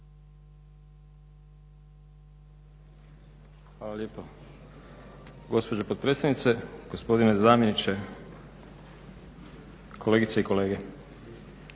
Hvala lijepo gospođo potpredsjednice, gospodine zamjeniče, kolegice i kolege.